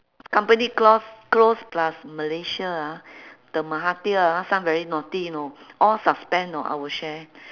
company claws close plus malaysia ah the mahathir ah last time very naughty you know all suspend know our share